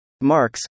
Marx